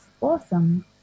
awesome